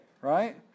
Right